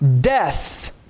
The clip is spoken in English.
death